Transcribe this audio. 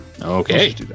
Okay